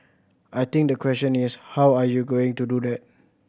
I think the question is how are you going to do that